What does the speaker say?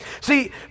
See